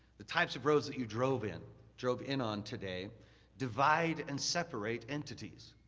the types of roads that you drove in drove in on today divide and separate entities.